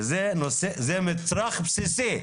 כי זה מצרך בסיסי.